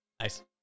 Nice